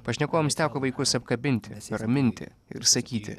pašnekovams teko vaikus apkabinti nuraminti ir sakyti